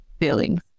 feelings